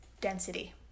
density